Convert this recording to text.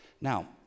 Now